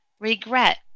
regret